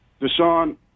Deshaun